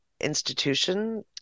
institution